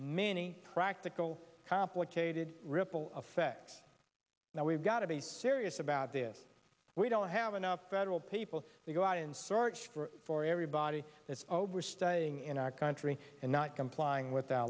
many practical complicated ripple effect now we've got to be serious about this we don't have enough federal people to go out and sort for everybody that's over staying in our country and not complying with the